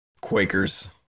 Quakers